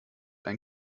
ein